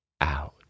out